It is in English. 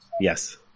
Yes